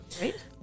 Right